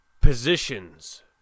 positions